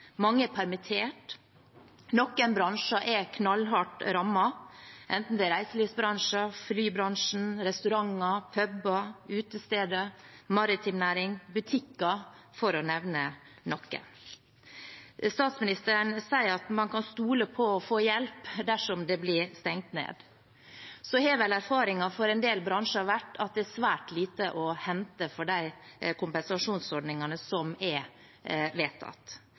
mange er permittert, noen bransjer er knallhardt rammet, enten det er reiselivsbransjen, flybransjen, restauranter, puber, utesteder, maritim næring, butikker – for å nevne noen. Statsministeren sier at man kan stole på å få hjelp dersom det blir stengt ned. Så har vel erfaringen for en del bransjer vært at det er svært lite å hente fra de kompensasjonsordningene som er vedtatt.